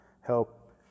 help